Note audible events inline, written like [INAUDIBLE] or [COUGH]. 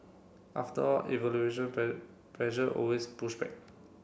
after all evolution [UNINTELLIGIBLE] pressure always push back